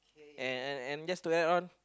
and and and just to add on